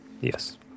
Yes